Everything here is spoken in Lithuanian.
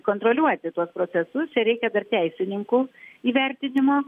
kontroliuoti tuos procesus čia reikia dar teisininkų įvertinimo